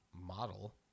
model